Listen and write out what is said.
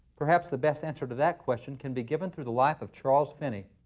perhaps the best answer to that question can be given through the life of charles finney.